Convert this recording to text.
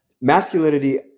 Masculinity